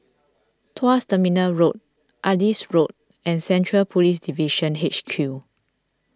Tuas Terminal Road Adis Road and Central Police Division H Q